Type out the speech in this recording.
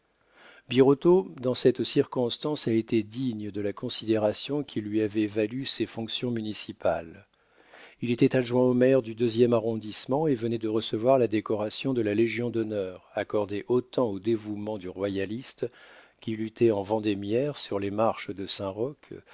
birotteau dans cette circonstance a été digne de la considération qui lui avait valu ses fonctions municipales il était adjoint au maire du deuxième arrondissement et venait de recevoir la décoration de la légion-d'honneur accordée autant au dévouement du royaliste qui luttait en vendémiaire sur les marches de